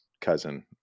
cousin